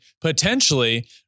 potentially